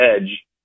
edge